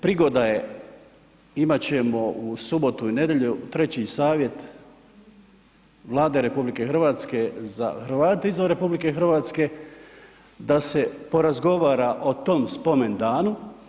Prigoda je, imati ćemo u subotu i nedjelju Treći savjet Vlade RH za Hrvate izvan RH da se porazgovara o tom spomendanu.